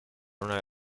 una